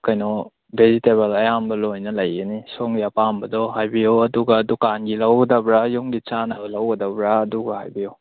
ꯀꯩꯅꯣ ꯚꯦꯖꯤꯇꯦꯕꯜ ꯑꯌꯥꯝꯕ ꯂꯣꯏꯅ ꯂꯩꯒꯅꯤ ꯁꯣꯝꯒꯤ ꯑꯄꯥꯝꯕꯗꯣ ꯍꯥꯏꯕꯤꯌꯣ ꯑꯗꯨꯒ ꯗꯨꯀꯥꯟꯒꯤ ꯂꯧꯒꯗꯕ꯭ꯔ ꯌꯨꯝꯒꯤ ꯆꯥꯅꯕ ꯂꯧꯒꯗꯕ꯭ꯔ ꯑꯗꯨꯒ ꯍꯥꯏꯕꯤꯌꯣ